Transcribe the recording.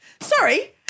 Sorry